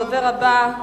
הדובר הבא,